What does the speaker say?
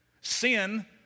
Sin